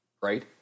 right